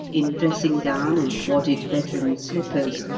in dressing-gown and wadded bedroom slippers,